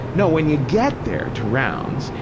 no, when you get there, to rounds,